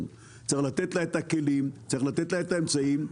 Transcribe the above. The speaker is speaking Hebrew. צריך לתת לה את הכלים, צריך לתת לה את האמצעים.